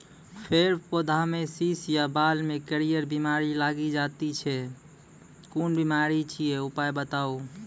फेर पौधामें शीश या बाल मे करियर बिमारी लागि जाति छै कून बिमारी छियै, उपाय बताऊ?